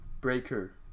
Breaker